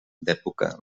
d’època